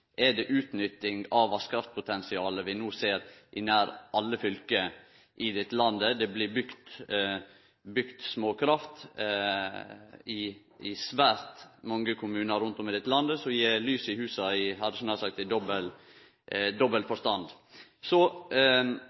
Det er utnytting av vasskraftpotensial i nær alle fylke i dette landet. Det blir bygd småkraft i svært mange kommunar rundt om i dette landet som gir lys i husa – nær sagt i dobbelt forstand. Så